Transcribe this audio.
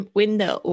window